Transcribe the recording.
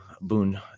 Boon